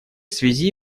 связи